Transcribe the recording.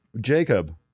Jacob